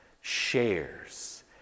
shares